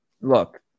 look